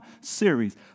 series